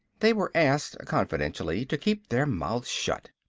they were asked, confidentially, to keep their mouths shut.